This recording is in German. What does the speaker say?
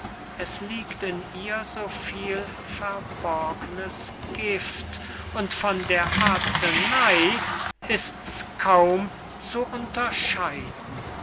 es liegt in ihr so viel verborgnes gift und von der arzeney ists kaum zu unterscheiden